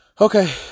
Okay